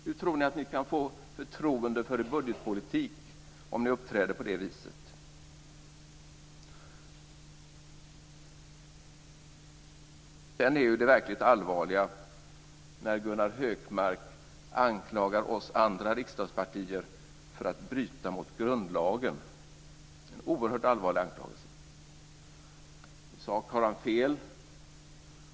Hur tror ni att ni kan få förtroende för er budgetpolitik om ni uppträder på det viset? Det verkligt allvarliga är när Gunnar Hökmark anklagar oss andra partier för att bryta mot grundlagen. Det är en oerhört allvarlig anklagelse. I sak har han fel.